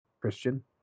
christian